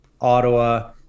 Ottawa –